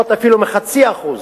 מ-0.5%,